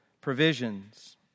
Provisions